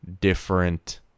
different